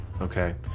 Okay